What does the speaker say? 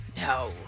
No